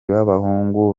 b’abahungu